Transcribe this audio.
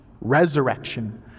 resurrection